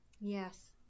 Yes